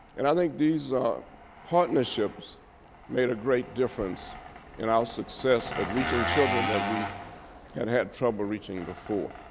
and i think these ah partnerships made a great difference in our success at reaching children that we had had trouble reaching before.